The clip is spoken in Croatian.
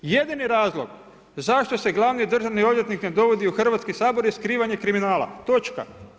Jedini razlog zašto se glavni državni odvjetnik ne dovodi u Hrvatski sabor je skrivanje kriminala, točka.